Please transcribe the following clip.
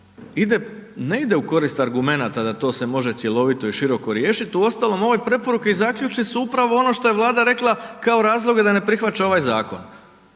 ne idem u korist argumenata da to se može cjelovito i široko riješit, uostalom ove preporuke i zaključci su upravo ono što je Vlada rekla, kao razloge da ne prihvaća ovaj zakon.